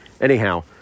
Anyhow